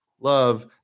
love